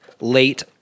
late